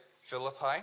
Philippi